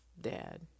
dad